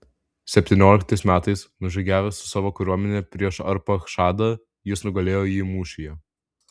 septynioliktais metais nužygiavęs su savo kariuomene prieš arpachšadą jis nugalėjo jį mūšyje